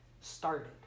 started